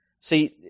See